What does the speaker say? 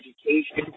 education